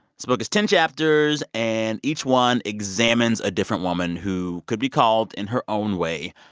this book is ten chapters and each one examines a different woman who could be called, in her own way,